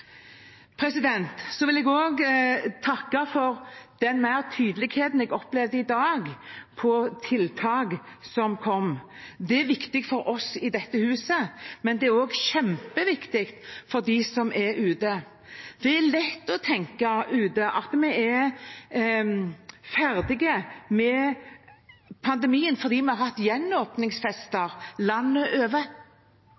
Jeg vil også takke for mer tydelighet på tiltak, som jeg opplevde komme i dag. Det er viktig for oss i dette huset, og det er også kjempeviktig for dem ute. Det er lett å tenke at vi er ferdige med pandemien fordi vi har hatt